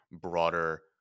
broader